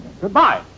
Goodbye